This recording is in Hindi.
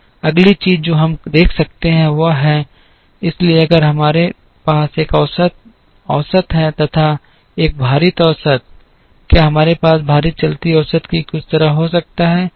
अगली चीज़ जो हम देख सकते हैं वह है इसलिए अगर हमारे पास एक औसत औसत है तथा एक भारित औसत क्या हमारे पास भारित चलती औसत की तरह कुछ हो सकता है